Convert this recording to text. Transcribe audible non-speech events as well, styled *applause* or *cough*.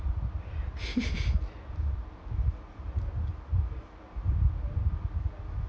*laughs*